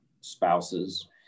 spouses